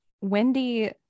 Wendy